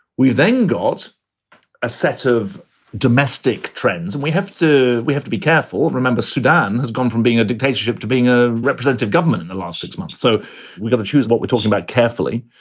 we then got a set of domestic trends and we have to we have to be careful. remember, sudan has gone from being a dictatorship to being a representative government in the last six months. so we got to choose what we're talking about carefully.